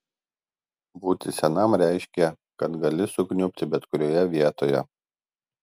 būti senam reiškė kad gali sukniubti bet kurioje vietoje